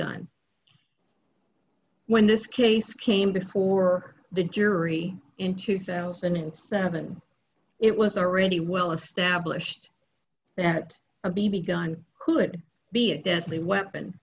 gun when this case came before the jury in two thousand and seven it was already well established that a b b gun could be a deadly weapon